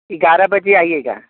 ग्यारह बजे आइएगा